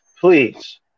please